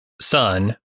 son